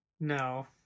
No